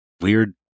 weird